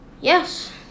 Yes